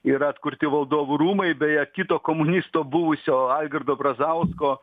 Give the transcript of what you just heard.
yra atkurti valdovų rūmai beje kito komunisto buvusio algirdo brazausko